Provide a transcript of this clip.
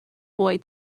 boy